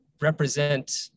represent